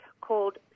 called